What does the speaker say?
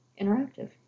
interactive